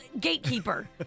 gatekeeper